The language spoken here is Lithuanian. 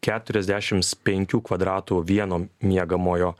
keturiasdešims penkių kvadratų vieno miegamojo